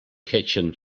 kitchen